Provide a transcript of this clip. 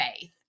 Faith